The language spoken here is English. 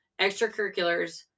extracurriculars